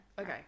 okay